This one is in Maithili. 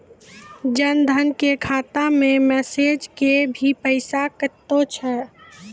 जन धन के खाता मैं मैसेज के भी पैसा कतो छ?